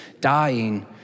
dying